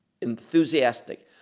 enthusiastic